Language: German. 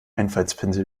einfaltspinsel